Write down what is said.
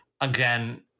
again